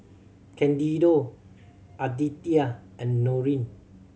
Candido Aditya and Norene